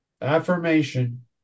affirmation